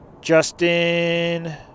Justin